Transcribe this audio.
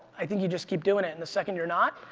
i think you just keep doing it. and the second you're not,